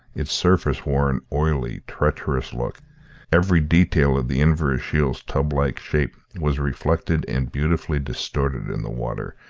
its surface wore an oily, treacherous look every detail of the inverashiel's tub-like shape was reflected and beautifully distorted in the water,